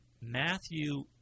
Matthew